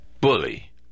bully